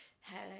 hello